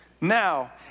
Now